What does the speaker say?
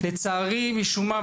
לצערי משום מה,